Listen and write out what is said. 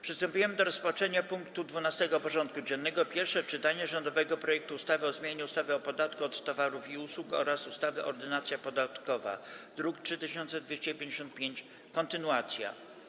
Przystępujemy do rozpatrzenia punktu 12. porządku dziennego: Pierwsze czytanie rządowego projektu ustawy o zmianie ustawy o podatku od towarów i usług oraz ustawy Ordynacja podatkowa (druk nr 3255) - kontynuacja.